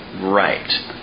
right